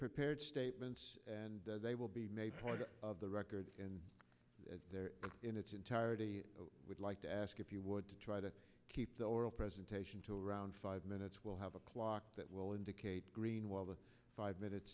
prepared statements and they will be made for the record and in its entirety would like to ask if you would to try to keep the oral presentation to around five minutes will have a clock that will indicate green while the five minutes